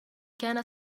كان